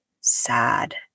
sad